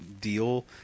deal